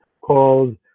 called